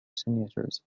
signatures